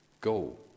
go